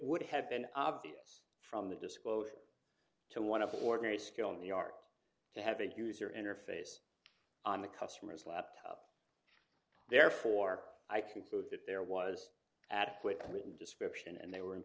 would have been obvious from the disclosure to one of the ordinary skilled in the art to have a user interface on the customer's laptop therefore i conclude that there was adequate written description and they were in